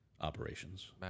operations